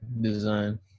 design